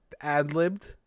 ad-libbed